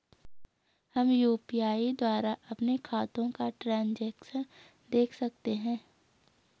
हम यु.पी.आई द्वारा अपने खातों का ट्रैन्ज़ैक्शन देख सकते हैं?